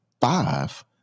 five